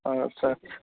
आथसा